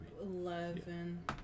eleven